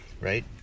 right